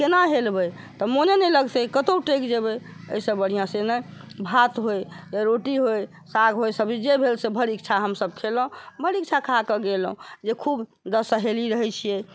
केना हेलबै तऽ मोने नहि लगतै कतहु टगि जेबै एहिसँ बढ़िआँ से नहि भात होइ या रोटी होइ साग होइ सब्जी जे भेल से भरि इच्छा हमसभ खेलहुँ भरि इच्छा खा कऽ गेलहुँ जे खूब दस सहेली रहैत छियै